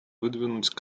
выдвинуть